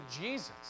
Jesus